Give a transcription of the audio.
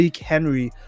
Henry